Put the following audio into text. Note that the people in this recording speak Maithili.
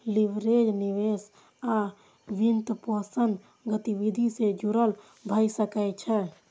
लीवरेज निवेश आ वित्तपोषण गतिविधि सं जुड़ल भए सकै छै